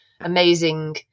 amazing